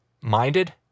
minded